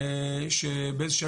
שבאיזה שהוא